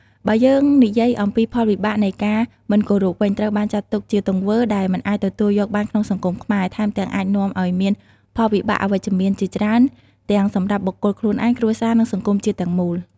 បើយើងនិយាយអំពីផលវិបាកនៃការមិនគោរពវិញ ត្រូវបានចាត់ទុកជាទង្វើដែលមិនអាចទទួលយកបានក្នុងសង្គមខ្មែរ ថែមទាំងអាចនាំឲ្យមានផលវិបាកអវិជ្ជមានជាច្រើនទាំងសម្រាប់បុគ្គលខ្លួនឯង គ្រួសារ និងសង្គមជាតិទាំងមូល។